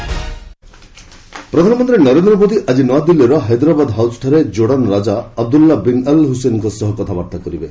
Abdullah PM ପ୍ରଧାନମନ୍ତ୍ରୀ ନରେନ୍ଦ୍ର ମୋଦି ଆଜି ନୂଆଦିଲ୍ଲୀର ହାଇଦ୍ରାବାଦ ହାଉସରେ ଜୁଡାନ୍ ରାଜା ଅବଦୁଲ୍ଲା ବିନ୍ ଅଲ ହୁସେନ୍ଙ୍କ ସହ କଥାବାର୍ତ୍ତା କରିବେ